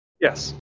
Yes